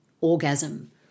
orgasm